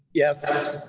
yes.